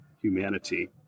humanity